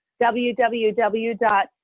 www